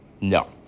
No